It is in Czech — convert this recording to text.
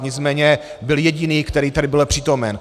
Nicméně byl jediný, který tady byl přítomen.